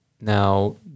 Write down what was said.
Now